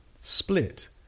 Split